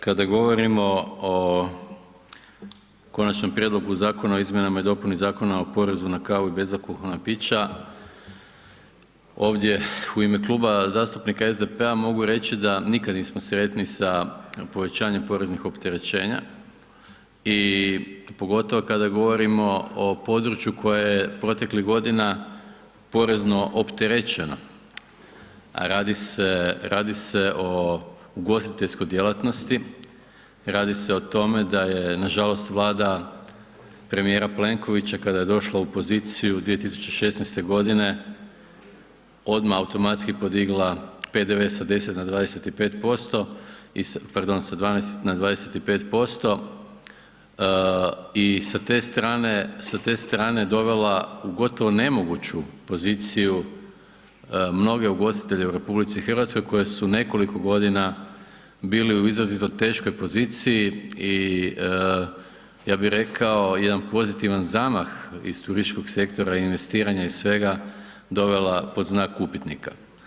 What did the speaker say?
Kada govorimo o Konačnom prijedlogom zakona o izmjenama i dopuni Zakona o porezu na kavu i bezalkoholna pića, ovdje u ime Kluba zastupnika SDP-a mogu reći da nikad nismo sretni sa povećanjem poreznih opterećenja i pogotovo kada govorimo o području koje je proteklih godina porezno opterećeno, a radi se o ugostiteljskoj djelatnosti, radi se o tome da je nažalost Vlada premijera Plenkovića kada je došla u opoziciju 2016. godine odmah automatski podigla PDV sa 12 na 25% i sa te strane dovela u gotovo nemoguću poziciju mnoge ugostitelje u RH koji su nekoliko godina bili u izrazito teškoj poziciji i ja bih rekao jedan pozitivan zamah iz turističkog sektora investiranja i svega dovela pod znak upitnika.